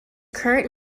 current